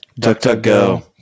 DuckDuckGo